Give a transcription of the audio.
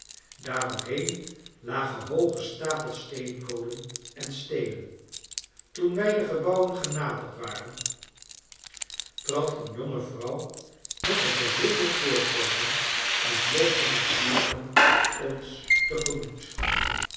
daaromheen lagen hooge stapels steenkolen en steenen toen wij de gebouwen genaderd waren trad een jonge vrouw met een verwilderd voorkomen en loshangende haren ons tegemoet